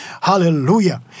Hallelujah